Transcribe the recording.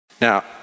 Now